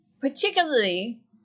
particularly